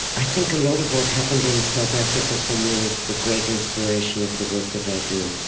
i think a lot of what happened in south africa for me is the great inspiration of the work that i do.